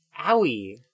Owie